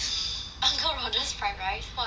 uncle roger's fried rice what about it